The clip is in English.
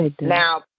Now